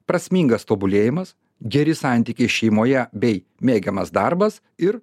prasmingas tobulėjimas geri santykiai šeimoje bei mėgiamas darbas ir